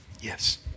Yes